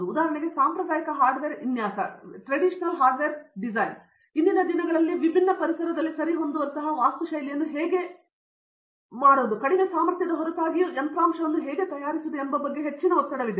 ಉದಾಹರಣೆಗೆ ಸಾಂಪ್ರದಾಯಿಕ ಹಾರ್ಡ್ವೇರ್ ವಿನ್ಯಾಸ ಇಂದಿನ ದಿನಗಳಲ್ಲಿ ವಿಭಿನ್ನ ಪರಿಸರದಲ್ಲಿ ಸರಿಹೊಂದುವಂತಹ ವಾಸ್ತುಶೈಲಿಯನ್ನು ಹೇಗೆ ಕಡಿಮೆ ಸಾಮರ್ಥ್ಯದ ಹೊರತಾಗಿಯೂ ಯಂತ್ರಾಂಶವನ್ನು ಹೇಗೆ ತಯಾರಿಸುವುದು ಎಂಬ ಬಗ್ಗೆ ಹೆಚ್ಚಿನ ಒತ್ತಡವಿದೆ